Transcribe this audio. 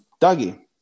Dougie